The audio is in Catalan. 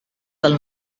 del